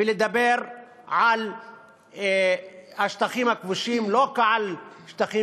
ולדבר על השטחים הכבושים לא כעל שטחים